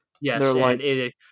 Yes